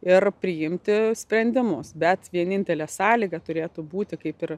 ir priimti sprendimus bet vienintelė sąlyga turėtų būti kaip ir